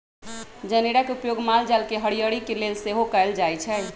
जनेरा के उपयोग माल जाल के हरियरी के लेल सेहो कएल जाइ छइ